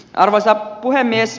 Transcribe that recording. arvoisa puhemies